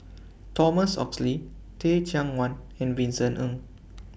Thomas Oxley Teh Cheang Wan and Vincent Ng